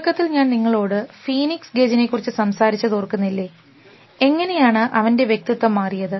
തുടക്കത്തിൽ ഞാൻ നിങ്ങളോട് ഫീനിക്സ് ഗേജ്നെക്കുറിച്ച് സംസാരിച്ചത് ഓർക്കുന്നില്ലേ എങ്ങനെയാണ് അവൻറെ വ്യക്തിത്വം മാറിയത്